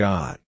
God